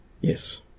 Yes